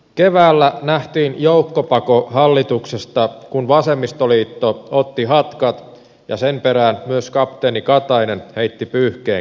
keväällä nähtiin joukkopako hallituksesta kun vasemmistoliitto otti hatkat ja sen perään myös kapteeni katainen heitti pyyhkeen kehään